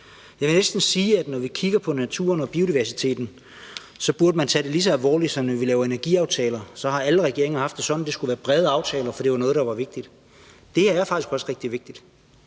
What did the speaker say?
Jeg vil næsten sige, at når vi kigger på naturen og biodiversiteten, burde vi tage det lige så alvorligt, som når vi laver energiaftaler; så har alle regeringer haft det sådan, at det skulle være brede aftaler, fordi det var noget, der var vigtigt. Det her er faktisk også rigtig vigtigt,